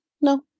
no